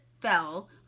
fell